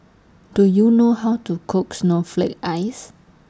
Do YOU know How to Cook Snowflake Ice